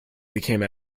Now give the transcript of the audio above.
became